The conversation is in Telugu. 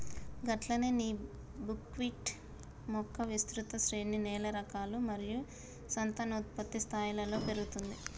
గట్లనే నీ బుక్విట్ మొక్క విస్తృత శ్రేణి నేల రకాలు మరియు సంతానోత్పత్తి స్థాయిలలో పెరుగుతుంది